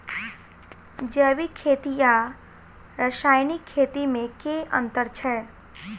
जैविक खेती आ रासायनिक खेती मे केँ अंतर छै?